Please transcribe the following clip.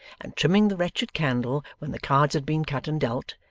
and trimming the wretched candle, when the cards had been cut and dealt,